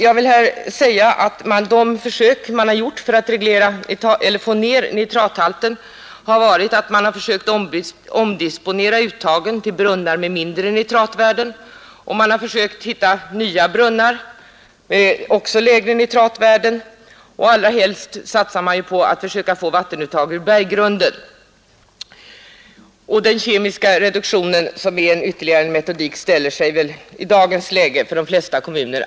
Jag vill här nämna att man för att få ner nitrathalten bl.a. försökt att omdisponera färskvattenuttagen till brunnar med lägre nitratvärden, och man har också försökt hitta nya brunnar med lägre nitratvärden. Främst satsar man på att försöka få vattenuttag ur berggrunder. Den kemiska reduktionen, som är en ytterligare metodik, ställer sig förmodligen i dagens läge alldeles för dyr för de flesta kommuner.